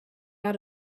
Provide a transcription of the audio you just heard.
out